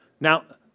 Now